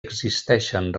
existeixen